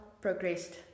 progressed